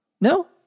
No